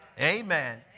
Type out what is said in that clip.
Amen